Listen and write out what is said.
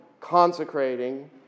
consecrating